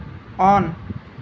on